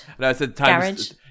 garage